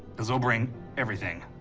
because they'll bring everything.